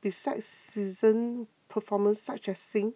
besides seasoned performers such as Sin